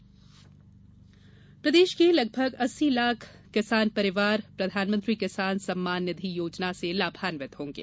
किसान सम्मान निधि प्रदेश के लगभग अस्सी लाख किसान परिवार प्रधानमंत्री किसान सम्मान निधि योजना से लाभान्वित होंगे